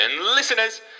listeners